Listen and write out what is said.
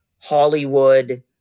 Hollywood